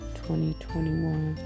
2021